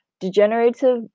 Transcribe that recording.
degenerative